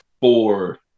four